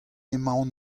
emaon